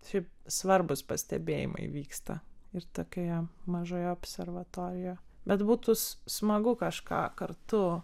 šiaip svarbūs pastebėjimai vyksta ir tokioje mažoje observatorijoje bet būtų smagu kažką kartu